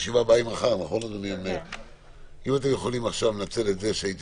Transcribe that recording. אם אתם יכולים עכשיו לנצל את זה שהייתי